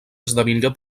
esdevingué